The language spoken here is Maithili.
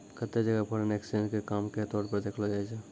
केत्तै जगह फॉरेन एक्सचेंज के काम के तौर पर देखलो जाय छै